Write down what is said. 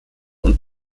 und